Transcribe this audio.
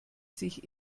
sich